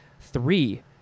Three